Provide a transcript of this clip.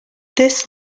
this